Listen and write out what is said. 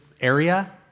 area